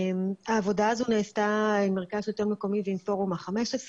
העבודה הזו נעשתה עם מרכז שלטון המקומי ועם פורום ה-15,